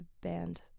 band